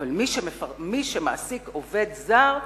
אבל מי שמעסיק עובד זר,